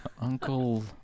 Uncle